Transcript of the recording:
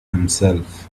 himself